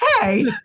hey